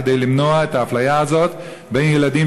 כדי למנוע את האפליה הזאת בין ילדים